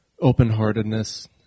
open-heartedness